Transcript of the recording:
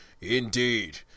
Indeed